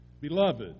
Beloved